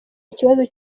ikibazo